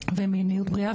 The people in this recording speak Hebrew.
ומיניות בריאה.